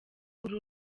kuri